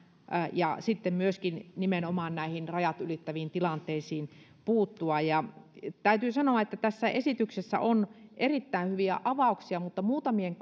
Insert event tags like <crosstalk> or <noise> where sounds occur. ja sitten myöskin nimenomaan näihin rajat ylittäviin tilanteisiin puuttua täytyy sanoa että tässä esityksessä on erittäin hyviä avauksia mutta muutamien <unintelligible>